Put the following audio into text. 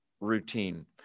routine